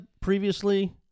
previously